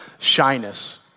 shyness